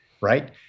right